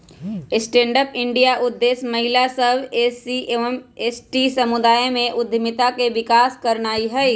stand up India के उद्देश्य महिला सभ, एस.सी एवं एस.टी समुदाय में उद्यमिता के विकास करनाइ हइ